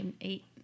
eight